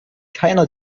keiner